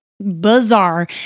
bizarre